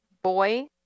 Boy